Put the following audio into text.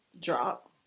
Drop